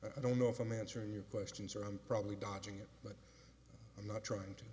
h i don't know if i'm answering your questions or i'm probably dodging it but i'm not trying to